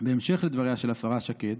בהמשך לדבריה של השרה שקד,